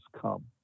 come